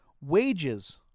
Wages